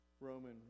Roman